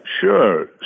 Sure